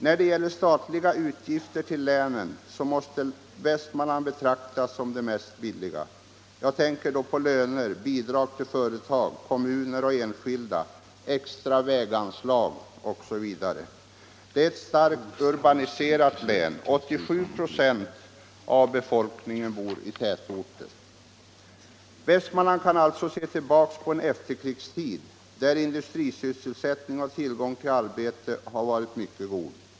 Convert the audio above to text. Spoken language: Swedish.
I fråga om statens utgifter till länen måste Västmanland betraktas som det mest billiga. Jag tänker då på löner, bidrag till företag, kommuner och enskilda, extra väganslag osv. Det är ett starkt urbaniserat län; 87 ". av befolkningen bor i tätorter. Västmanland kan alltså se tillbaka på en efterkrigstid med mycket god industrisysselsättning och mycket god tillgång till arbete.